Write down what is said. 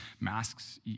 masks